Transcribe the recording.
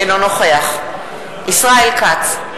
אינו נוכח ישראל כץ,